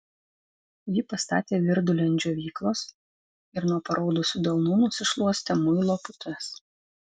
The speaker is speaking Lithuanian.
ji pastatė virdulį ant džiovyklos ir nuo paraudusių delnų nusišluostė muilo putas